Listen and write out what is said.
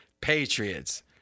Patriots